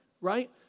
Right